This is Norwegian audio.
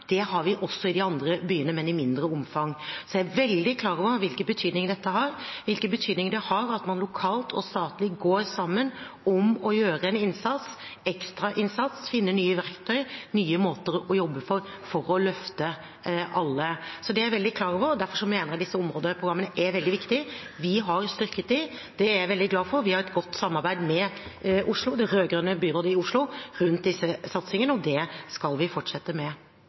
har vi også i de andre byene, men i mindre omfang. Jeg er veldig klar over hvilken betydning dette har – hvilken betydning det har at man lokalt og statlig går sammen om å gjøre en ekstra innsats og finne nye verktøy og nye måter å jobbe på for å løfte alle. Det er jeg veldig klar over, og derfor mener jeg disse områdeprogrammene er veldig viktige. Vi har styrket dem, og det er jeg veldig glad for. Vi har et godt samarbeid med Oslo – det rød-grønne byrådet i Oslo – om disse satsingene, og det skal vi fortsette med.